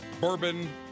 Bourbon